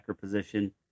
position